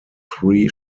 three